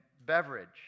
beverage